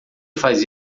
faz